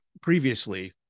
previously